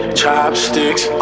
chopsticks